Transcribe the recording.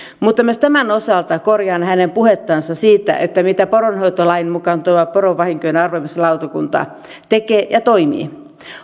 mutta myös tämän osalta korjaan hänen puhettansa siitä mitä poronhoitolain mukaan tuo porovahinkojen arvioimislautakunta tekee ja miten toimii